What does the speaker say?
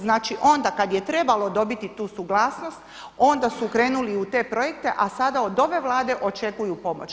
Znači, onda kad je trebalo dobiti tu suglasnost onda su krenuli u te projekte, a sada od ove Vlade očekuju pomoć.